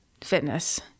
fitness